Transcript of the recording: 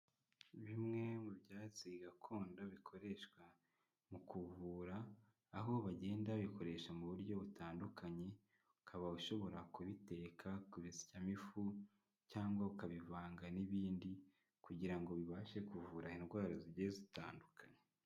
Bimwe mu byatsi gakondo bikoreshwa mu kuvura aho bagenda babikoresha mu buryo butandukanye, ukaba ushobora kubiteka, kubisyamo ifu, cyangwa ukabivanga n'ibindi kugira ngo bibashe kuvura indwara zigiye zitandukanye.